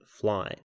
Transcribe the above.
fly